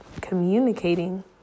communicating